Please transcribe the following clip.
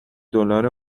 دلار